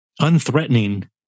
unthreatening